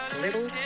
little